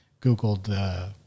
Googled